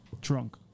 drunk